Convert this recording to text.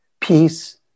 peace